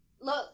Look